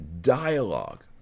dialogue